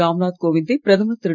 ராம்நாத் கோவிந்தை பிரதமர் திரு